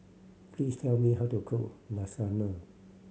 please tell me how to cook Lasagna